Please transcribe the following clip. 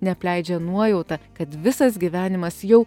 neapleidžia nuojauta kad visas gyvenimas jau